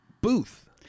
booth